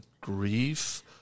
grief